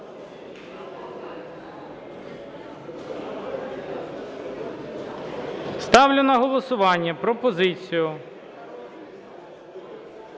Ставлю на голосування пропозицію